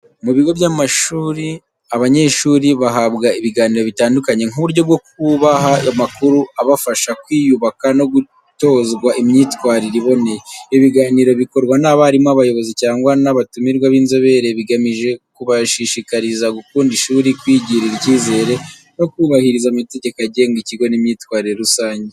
Mu bigo by’amashuri, abanyeshuri bahabwa ibiganiro bitandukanye nk’uburyo bwo kubaha amakuru abafasha kwiyubaka no gutozwa imyitwarire iboneye. Ibi biganiro bikorwa n’abarimu, abayobozi, cyangwa n’abatumirwa b’inzobere, bigamije kubashishikariza gukunda ishuri, kwigirira ikizere, no kubahiriza amategeko agenga ikigo n’imyitwarire rusange.